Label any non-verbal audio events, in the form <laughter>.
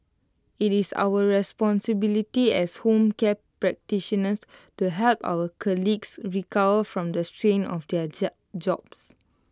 IT is our responsibility as home care practitioners to help our colleagues recover from the strain of their <unintelligible> jobs